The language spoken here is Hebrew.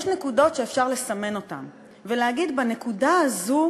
יש נקודות שאפשר לסמן ולהגיד, בנקודה הזאת